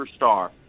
superstar